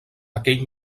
aquell